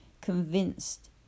convinced